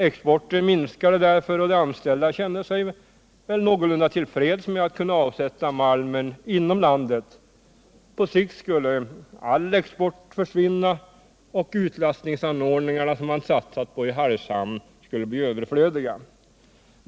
Exporten minskade därför, men de anställda kände sig ändå någorlunda till freds med att man kunde avsätta malmen inom landet. På sikt skulle all export försvinna, och de utlastningsanordningar man satsat på i Hargshamn skulle bli överflödiga.